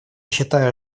считаю